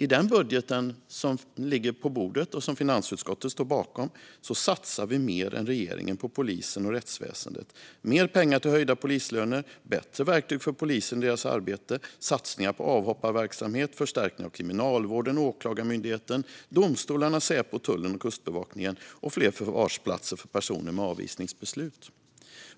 I den budget som ligger på bordet, och som finansutskottet står bakom, satsar vi mer än regeringen på polisen och rättsväsendet. I budgeten finns mer pengar till höjda polislöner, bättre verktyg för polisen i deras arbete, satsningar på avhopparverksamhet, förstärkning av kriminalvården, Åklagarmyndigheten, domstolarna, Säpo, tullen och Kustbevakningen samt fler förvarsplatser för personer med avvisningsbeslut.